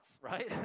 right